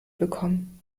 bekommen